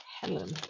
Helen